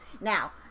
Now